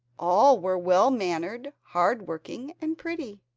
all were well-mannered, hard-working, and pretty,